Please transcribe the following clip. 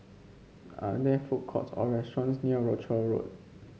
are there food courts or restaurants near Rochor Road